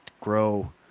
grow